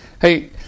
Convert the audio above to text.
hey